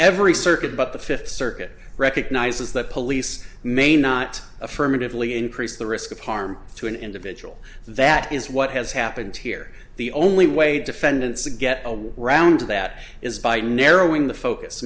every circuit but the fifth circuit recognizes the police may not affirmatively increase the risk of harm to an individual that is what has happened here the only way defendants to get a round that is by narrowing the